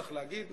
צריך להגיד,